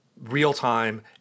real-time